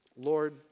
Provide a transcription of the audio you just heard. Lord